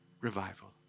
revival